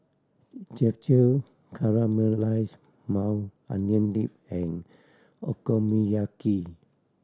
Japchae Caramelize Maui Onion Dip and Okonomiyaki